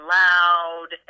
loud